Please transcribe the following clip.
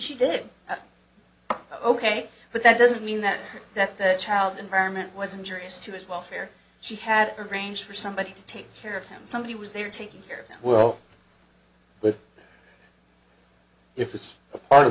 she did ok but that doesn't mean that that the child's environment was injuries to his welfare she had arranged for somebody to take care of him somebody was they were taking care of that well but if it's a part of